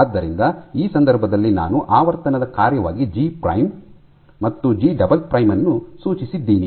ಆದ್ದರಿಂದ ಈ ಸಂದರ್ಭದಲ್ಲಿ ನಾನು ಆವರ್ತನದ ಕಾರ್ಯವಾಗಿ ಜಿ ಪ್ರೈಮ್ ಮತ್ತು ಜಿ ಡಬಲ್ ಪ್ರೈಮ್ ಅನ್ನು ಸೂಚಿಸಿದ್ದೀನಿ